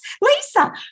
Lisa